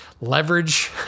leverage